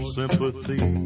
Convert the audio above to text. sympathy